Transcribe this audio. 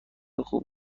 خوب